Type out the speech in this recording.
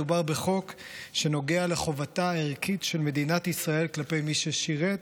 מדובר בחוק שנוגע לחובתה הערכית של מדינת ישראל כלפי מי ששירת